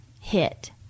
hit